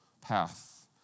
path